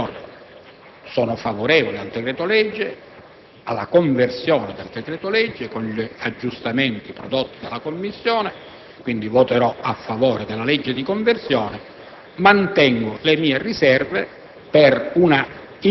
Concludo ribadendo che, per tutte queste ragioni, sono favorevole alla conversione del decreto-legge, con gli aggiustamenti prodotti dalla Commissione; voterò quindi a favore della legge di conversione.